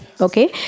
Okay